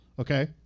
Okay